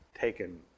taken